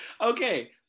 Okay